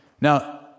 Now